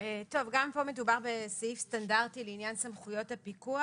גם פה מדובר בסעיף סטנדרטי לעניין סמכויות הפיקוח.